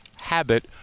habit